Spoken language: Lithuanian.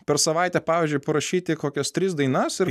per savaitę pavyzdžiui parašyti kokias tris dainas ir